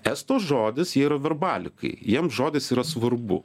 esto žodis jie yra verbalikai jiem žodis yra svarbu